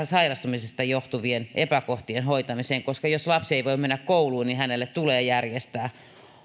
sairastumisista johtuvien epäkohtien hoitamiseen jos lapsi ei voi mennä kouluun hänelle tulee järjestää